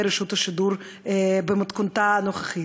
ברשות השידור במתכונתה הנוכחית.